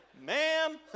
Ma'am